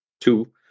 Two